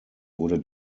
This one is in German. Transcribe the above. wurde